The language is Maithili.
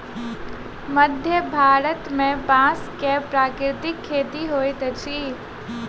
मध्य भारत में बांस के प्राकृतिक खेती होइत अछि